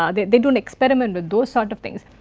ah they do an experiment with those sort of things,